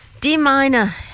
D-Minor